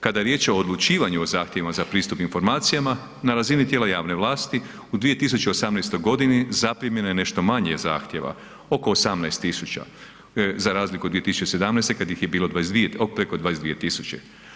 Kada je riječ o odlučivanju o zahtjevima za pristup informacijama, na razini tijela javne vlasti u 2018. g. zaprimljeno je nešto manje zahtjeva, oko 18 tisuća, za razliku od 2017. kad ih je bilo 22, preko 22 tisuće.